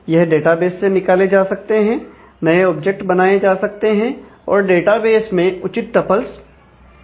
यह डेटाबेस से निकाले जा सकते हैं नए ऑब्जेक्ट बनाए जा सकते हैं और डेटाबेस में उचित टपल्स बनाए जा सकते हैं